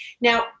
Now